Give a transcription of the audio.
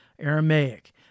Aramaic